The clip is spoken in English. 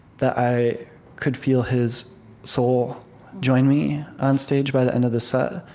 that i could feel his soul join me onstage by the end of the set.